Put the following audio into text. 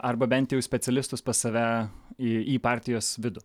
arba bent jau specialistus pas save į į partijos vidų